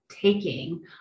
taking